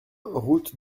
route